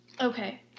Okay